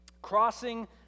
Crossing